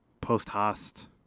Post-host